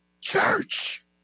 church